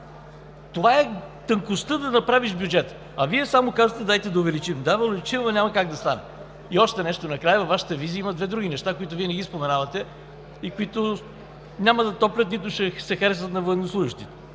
Това е тънкостта да направиш бюджета. А Вие само казвате: „Дайте да увеличим!“ Да, но очевидно няма как да стане. И още нещо накрая. Във Вашата визия има две други неща, които Вие не ги споменавате и които няма да топлят, нито ще се харесат на военнослужещите